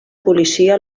policia